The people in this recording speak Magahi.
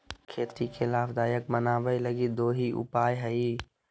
खेती के लाभदायक बनाबैय लगी दो ही उपाय हइ